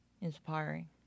Inspiring